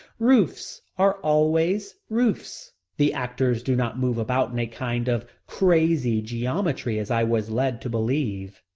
roofs are always roofs. the actors do not move about in a kind of crazy geometry as i was led to believe.